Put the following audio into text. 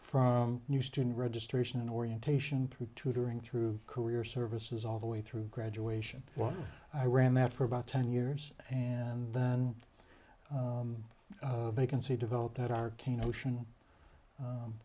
from new student registration and orientation through tutoring through career services all the way through graduation while i ran that for about ten years and then vacancy developed at arcane ocean